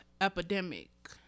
epidemic